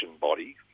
body